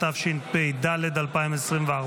התשפ"ד 2024,